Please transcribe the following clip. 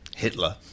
Hitler